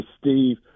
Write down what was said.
steve